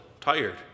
tired